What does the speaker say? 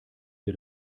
wir